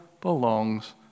belongs